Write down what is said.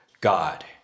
God